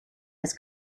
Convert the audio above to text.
his